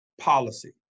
policy